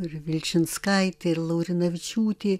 ir vilčinskaitė ir laurinavičiūtė